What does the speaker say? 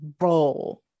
role